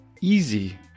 easy